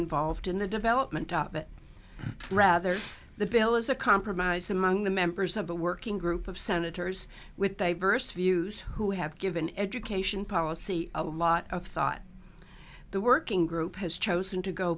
involved in the development of it rather the bill is a compromise among the members of the working group of senators with a verse views who have given education policy a lot of thought the working group has chosen to go